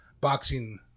boxing